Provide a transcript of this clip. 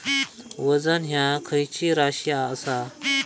वजन ह्या खैची राशी असा?